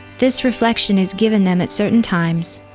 this reflection is given them at certain times,